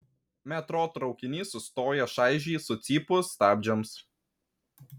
metro traukinys sustoja šaižiai sucypus stabdžiams